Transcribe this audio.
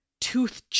tooth